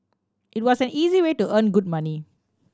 it was an easy way to earn good money